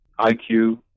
IQ